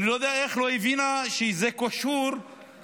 אני לא יודע איך היא לא הבינה שזה קשור להצעת